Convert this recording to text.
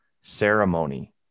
ceremony